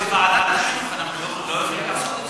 אבל בוועדת החינוך אנחנו לא יכולים לעשות את זה.